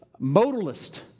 modalist